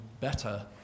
better